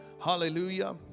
hallelujah